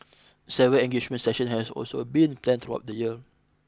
several engagement sessions have also been planned throughout the year